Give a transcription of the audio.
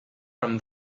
from